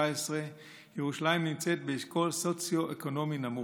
ירושלים נמצאת באשכול חברתי-כלכלי נמוך.